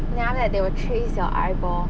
then after that they will trace your eyeball